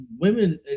women